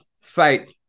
fight